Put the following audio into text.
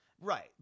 Right